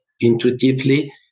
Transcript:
intuitively